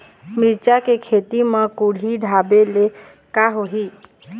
मिरचा के खेती म कुहड़ी ढापे ले का होही?